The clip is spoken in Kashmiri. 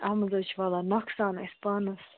اَتھ منٛز حظ چھِ واللہ نۄقصان اَسہِ پانَس